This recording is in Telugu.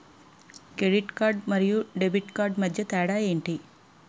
క్రెడిట్ కార్డ్ మరియు డెబిట్ కార్డ్ మధ్య తేడా ఎంటి?